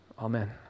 Amen